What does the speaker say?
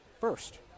first